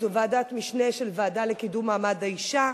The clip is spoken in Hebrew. ועדת משנה של הוועדה לקידום מעמד האשה.